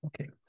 Okay